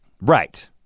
right